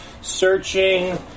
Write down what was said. searching